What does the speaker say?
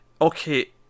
okay